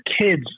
kids